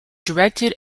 directed